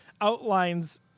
outlines